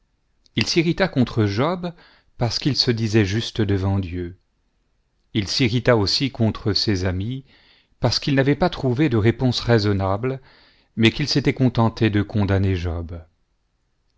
il s'irrita contre job parce qu'il se disait juste devant dieu il s'irrita aussi contre ses amis parce qu'ils n'avaient pas trouvé de réponse raisonnable mais qu'ils s'étaient contentés de condamner